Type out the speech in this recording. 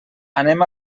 anem